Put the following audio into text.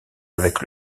avec